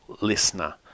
listener